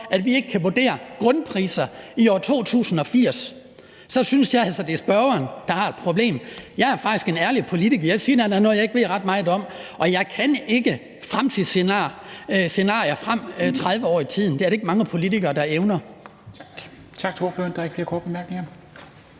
at vi ikke kan vurdere, hvordan grundpriserne vil være i 2080, så synes jeg altså, det er spørgeren, der har et problem. Jeg er faktisk en ærlig politiker – jeg siger, når der er noget, jeg ikke ved ret meget om, og jeg kan ikke se scenarier 30 år frem i tiden, og det er der ikke ret mange politikere der evner.